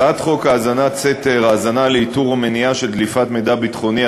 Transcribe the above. הצעת חוק האזנת סתר (האזנה לאיתור או מניעה של דליפת מידע ביטחוני),